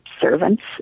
servants